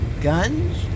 guns